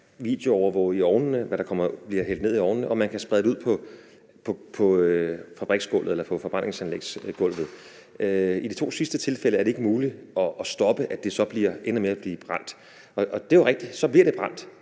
videoovervåge, hvad der bliver hældt ned i ovnene, og man kan sprede det ud på forbrændingsanlægsgulvet. I de to sidste tilfælde er det ikke muligt at stoppe, at det så ender med at blive brændt. Det er rigtigt, at det jo så bliver brændt,